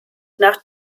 nach